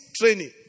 training